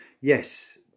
yes